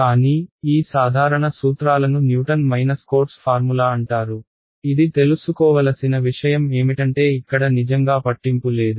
కానీ ఈ సాధారణ సూత్రాలను న్యూటన్ కోట్స్ ఫార్ములా అంటారు ఇది తెలుసుకోవలసిన విషయం ఏమిటంటే ఇక్కడ నిజంగా పట్టింపు లేదు